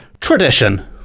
tradition